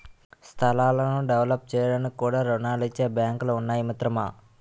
స్థలాలను డెవలప్ చేయడానికి కూడా రుణాలిచ్చే బాంకులు ఉన్నాయి మిత్రమా